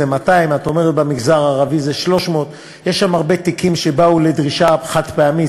זה 200. את אומרת שבמגזר הערבי זה 300. יש שם הרבה תיקים שבאו לדרישה חד-פעמית.